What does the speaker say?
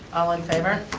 all in favor?